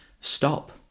stop